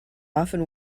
often